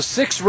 six